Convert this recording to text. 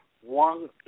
one